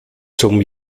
zum